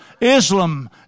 Islam